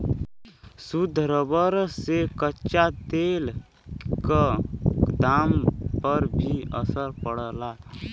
शुद्ध रबर से कच्चा तेल क दाम पर भी असर पड़ला